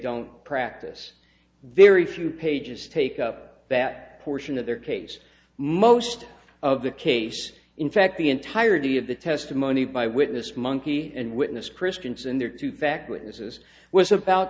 don't practice very few pages take up that portion of their case most of the case in fact the entirety of the testimony by witness monkey and witness christianson there to back witnesses was about